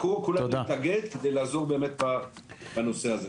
הכל, כולם נתאגד כדי לעזור באמת בנושא הזה.